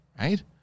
right